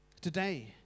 today